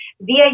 via